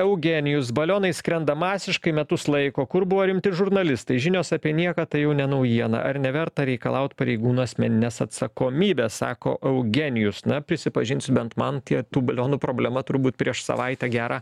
eugenijus balionai skrenda masiškai metus laiko kur buvo rimti žurnalistai žinios apie nieką tai jau ne naujiena ar neverta reikalaut pareigūnų asmeninės atsakomybės sako eugenijus na prisipažinsiu bent man tie tų balionų problema turbūt prieš savaitę gerą